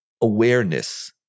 awareness